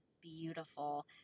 beautiful